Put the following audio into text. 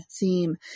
theme